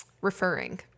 referring